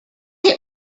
get